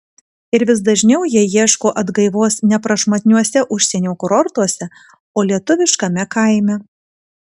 ir vis dažniau jie ieško atgaivos ne prašmatniuose užsienio kurortuose o lietuviškame kaime